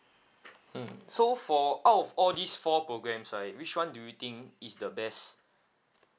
mm so for out of all these four programmes right which one do you think is the best